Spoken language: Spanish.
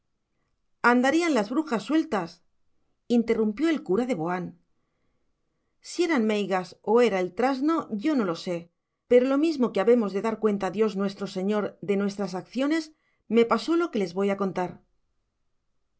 andarían las brujas sueltas interrumpió el cura de boán si eran meigas o era el trasno yo no lo sé pero lo mismo que habemos de dar cuenta a dios nuestro señor de nuestras auciones me pasó lo que les voy a contar